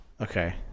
Okay